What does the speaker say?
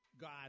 God